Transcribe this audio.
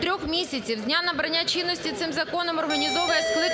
трьох місяців з дня набрання чинності цим законом організовує скликання